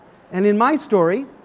and in my story,